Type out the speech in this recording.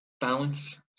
balance